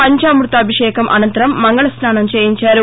పంచామృతాభిషేకం అనంతరం మంగళస్నానం చేయించారు